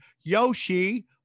Yoshi